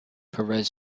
perez